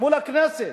מול הכנסת,